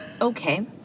Okay